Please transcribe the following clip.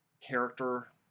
character